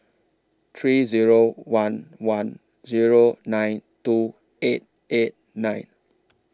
three Zero one one Zero nine two eight eight nine